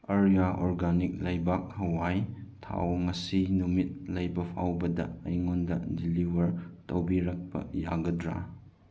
Arya organic ꯂꯩꯕꯥꯛ ꯍꯋꯥꯏꯒꯤ ꯊꯥꯎ ꯉꯁꯤ ꯅꯨꯃꯤꯠ ꯂꯩꯕꯐꯥꯎꯕꯗ ꯑꯩꯉꯣꯟꯗ ꯗꯤꯂꯤꯋꯔ ꯇꯧꯕꯤꯔꯛꯄ ꯌꯥꯒꯗ꯭ꯔꯥ